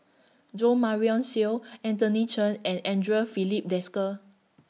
Jo Marion Seow Anthony Chen and Andre Filipe Desker